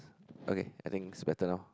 okay I think it's better now